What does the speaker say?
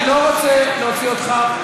אני לא רוצה להוציא אותך,